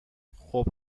خوب